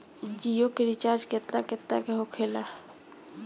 जियो के रिचार्ज केतना केतना के होखे ला?